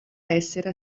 essere